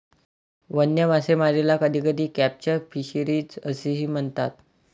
वन्य मासेमारीला कधीकधी कॅप्चर फिशरीज असेही म्हणतात